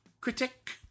Critic